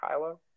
Kylo